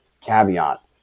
caveat